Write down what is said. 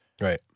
right